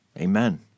Amen